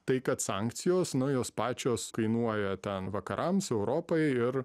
tai kad sankcijos nu jos pačios kainuoja ten vakarams europai ir